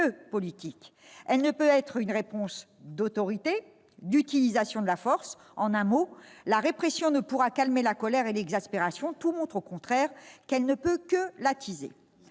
politique. Elle ne saurait être une réponse d'autorité, d'utilisation de la force. En un mot, la répression ne pourra calmer la colère ni l'exaspération ; tout montre au contraire qu'elle ne peut que les attiser.